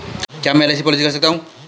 क्या मैं LIC policy कर सकता हूं?